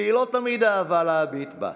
שהיא לא תמיד אהבה להביט בה.